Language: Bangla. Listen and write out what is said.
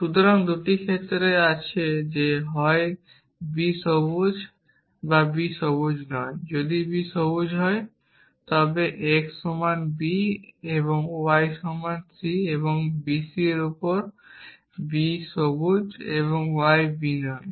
সুতরাং 2টি ক্ষেত্রে আছে যে হয় b সবুজ বা b সবুজ নয় যদি b সবুজ হয় তবে x সমান b এবং y সমান c এবং b c এর উপর এবং b সবুজ এবং y b নয়